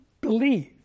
believe